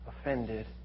offended